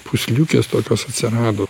pūsliukės tokios atsirado